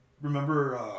remember